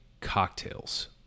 cocktails